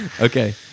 Okay